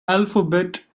alphabet